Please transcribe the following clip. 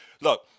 look